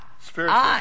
Spiritual